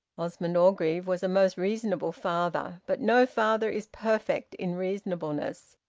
osmond orgreave was a most reasonable father, but no father is perfect in reasonableness,